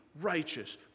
righteous